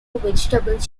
vegetable